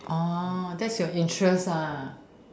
that's your interest